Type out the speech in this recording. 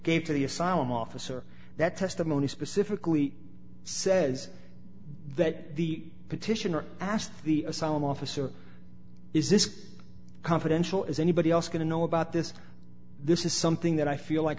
the asylum officer that testimony specifically says that the petitioner asked the asylum officer is this confidential is anybody else going to know about this this is something that i feel like